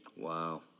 Wow